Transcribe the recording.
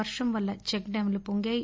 వర్షం వల్ల చెక్డ్యాంలు పొంగాయి